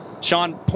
Sean